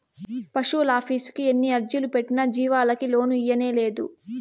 పశువులాఫీసుకి ఎన్ని అర్జీలు పెట్టినా జీవాలకి లోను ఇయ్యనేలేదు